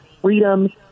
freedom